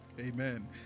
Amen